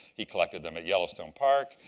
he collected them at yellowstone park.